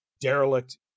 derelict